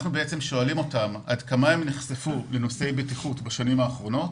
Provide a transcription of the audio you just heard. אנחנו שואלים אותם עד כמה הם נחשפו לנושאי בטיחות בשנתיים האחרונות,